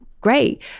great